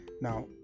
now